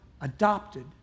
adopted